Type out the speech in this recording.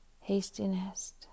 hastiness